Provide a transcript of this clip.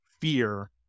fear